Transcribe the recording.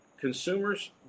Consumers